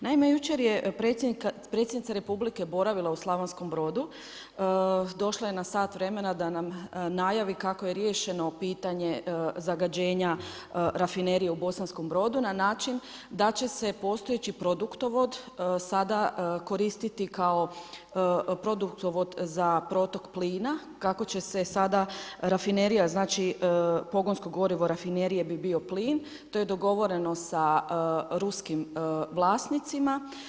Naime jučer je Predsjednica Republike boravila u Slavonskom Brodu, došla je na sat vremena da nam najavi kako je riješeno pitanje zagađenja rafinerije u Bosanskom Brodu na način da će se postojeći produktovod sada koristiti kao produktovod za protok plina kako će se sada rafinerija, znači pogonsko gorivo rafinerije bi bio plin, to je dogovoreno sa ruskim vlasnicima.